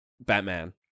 Batman